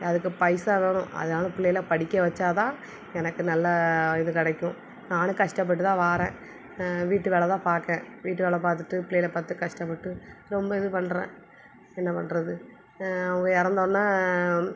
அதுக்கு பைசா வேணும் அதனால் பிள்ளைகளை படிக்க வச்சா தான் எனக்கு நல்லா இது கிடைக்கும் நானும் கஷ்டப்பட்டு தான் வாரேன் வீட்டு வேலை தான் பார்க்கன் வீட்டு வேலை பார்த்துட்டு பிள்ளைகள பார்த்து கஷ்டப்பட்டு ரொம்ப இது பண்ணுறேன் என்ன பண்ணுறது அவங்க இறந்தொன்னே